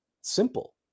Simple